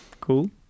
cool